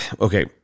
okay